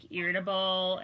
irritable